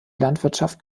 landwirtschaft